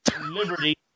liberty